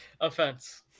Offense